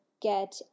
get